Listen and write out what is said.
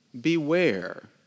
Beware